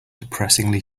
depressingly